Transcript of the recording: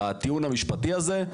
בטיעון המשפטי הזה,